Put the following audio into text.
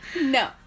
No